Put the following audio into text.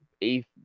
eighth